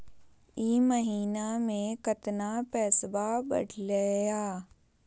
ई महीना मे कतना पैसवा बढ़लेया?